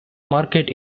market